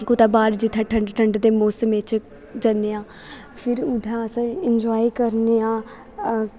कुतै बाह्र जित्थै ठंड ठंड दे मोसमे च जनेआं फिर उत्थै अस इंजाय करनेआं